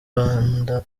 manda